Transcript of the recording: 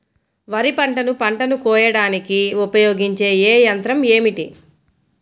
వరిపంటను పంటను కోయడానికి ఉపయోగించే ఏ యంత్రం ఏమిటి?